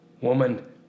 Woman